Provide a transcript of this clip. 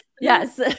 Yes